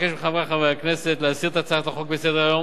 אבקש מחברי חברי הכנסת להסיר את הצעת החוק מסדר-היום.